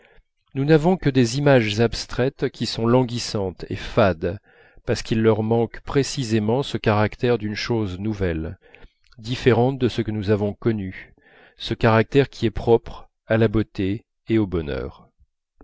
nous n'avons que des images abstraites qui sont languissantes et fades parce qu'il leur manque précisément ce caractère d'une chose nouvelle différente de ce que nous avons connu ce caractère qui est propre à la beauté et au bonheur